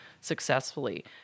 successfully